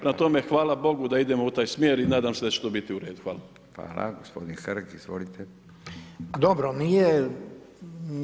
Prema tome, hvala Bogu da idemo u taj smjer i nadam se da će to biti u redu.